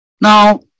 Now